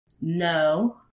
No